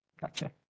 Gotcha